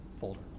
folder